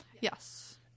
Yes